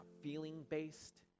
feeling-based